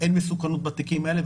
אין מסוכנות בתיקים האלה,